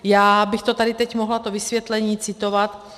Já bych tady teď mohla to vysvětlení citovat.